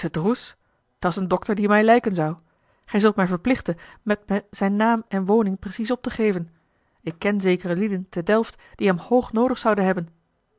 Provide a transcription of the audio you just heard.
droes dat's een dokter die mij lijken zou gij zult mij verplichten met me zijn naam en woning precies op te geven ik ken zekere lieden te delft die hem hoog noodig zouden hebben